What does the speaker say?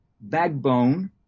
backbone